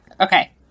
Okay